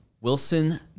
Wilson